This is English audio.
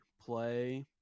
play